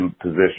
position